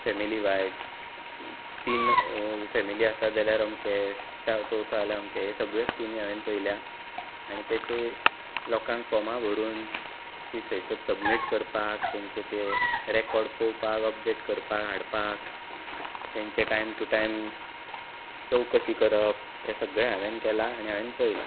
familywise तीन family आसत जाल्यार अमके चार चवथो जाल्यार अमके हे सगळ्यो स्किमी हावेन पयल्या आनी तेचे लोकांक फॉर्मा भरून ती थंयसर सबर्मिट करपाक तेंचे ते रेर्कोड पळोवपाक अपडेट करपाक हाडपाक तेंचे टायम टू टायम चवकशी करप हे सगळे हांवें केलां आनी हांवें पळयलां